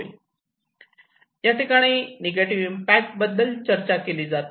या ठिकाणी negative impact बद्दल चर्चा केली जाते